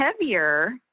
heavier